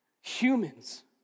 humans